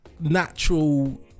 natural